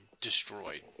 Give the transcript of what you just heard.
destroyed